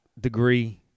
degree